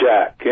Jack